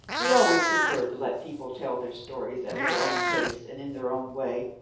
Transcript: he always preferred to let people tell their stories at their own pace and in their own way,